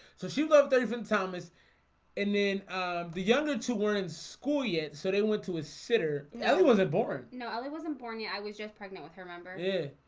so she loved david thomas and then the younger two were in school yet so then went to his sitter other wasn't born noel. he wasn't born yet. i was just pregnant with her remember? yeah,